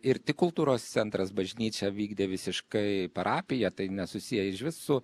ir tik kultūros centras bažnyčia vykdė visiškai parapiją tai nesusiję išvis su